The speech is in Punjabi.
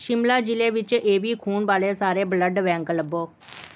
ਸ਼ਿਮਲਾ ਜ਼ਿਲ੍ਹੇ ਵਿੱਚ ਏ ਬੀ ਖੂਨ ਵਾਲੇ ਸਾਰੇ ਬਲੱਡ ਬੈਂਕ ਲੱਭੋ